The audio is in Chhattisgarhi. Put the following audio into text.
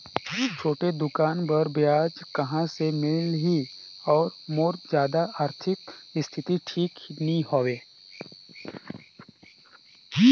छोटे दुकान बर ब्याज कहा से मिल ही और मोर जादा आरथिक स्थिति ठीक नी हवे?